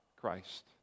Christ